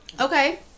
Okay